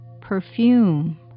perfume